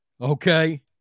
okay